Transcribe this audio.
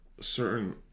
certain